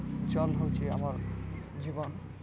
ଜଲ୍ ହେଉଛି ଆମର୍ ଜୀବନ୍